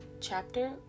chapter